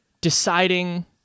Deciding